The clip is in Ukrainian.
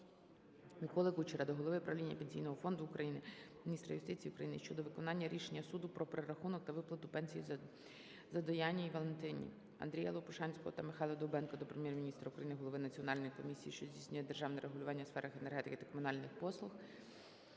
Миколи Кучера до голови правління Пенсійного фонду України, міністра юстиції України щодо виконання рішення суду про перерахунок та виплату пенсії Задояній Валентині. Андрія Лопушанського та Михайла Довбенка до Прем'єр-міністра України, голови національної комісії, що здійснює державне регулювання у сферах енергетики та комунальних послуг